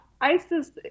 ISIS